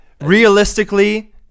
realistically